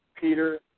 Peter